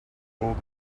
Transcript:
old